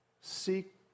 Seek